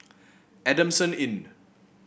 Adamson Inn